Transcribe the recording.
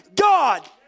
God